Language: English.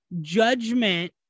Judgment